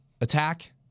attack